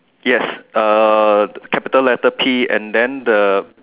yes uh capital letter P and then the